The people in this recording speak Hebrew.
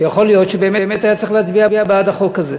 ויכול להיות שבאמת היה צריך להצביע בעד החוק הזה,